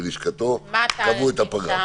בלשכתו את הפגרה.